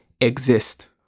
exist